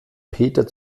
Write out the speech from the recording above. peter